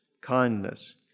kindness